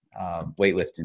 weightlifting